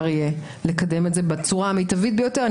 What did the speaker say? יהיה לקדם את זה בצורה המיטבית ביותר.